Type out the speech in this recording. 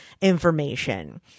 information